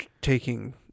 taking